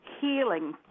healing